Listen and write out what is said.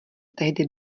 tehdy